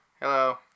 Hello